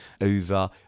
over